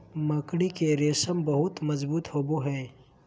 मकड़ी के रेशम बहुत मजबूत होवो हय